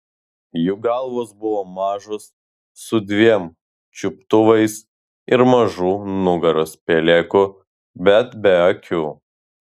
jų galvos buvo mažos su dviem čiuptuvais ir mažu nugaros peleku bet be akių